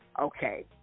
okay